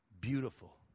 beautiful